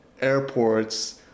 airports